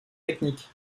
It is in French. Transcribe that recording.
technique